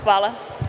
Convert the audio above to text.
Hvala.